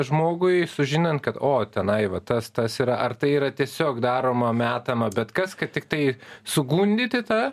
žmogui sužinant kad o tenai va tas tas yra ar tai yra tiesiog daroma metama bet kas kad tiktai sugundyti tą